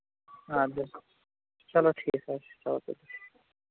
آ بِلکُل چلو ٹھیٖک حظ چھُ چلو تُلِو